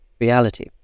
reality